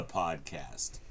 podcast